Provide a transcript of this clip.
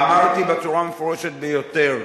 אמרתי בצורה מפורשת ביותר: